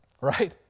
Right